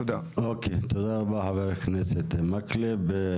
תודה רבה, חה"כ מקלב.